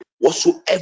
Whatsoever